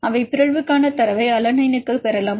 அவை பிறழ்வுக்கான தரவை அலனைனுக்கு பெறலாம்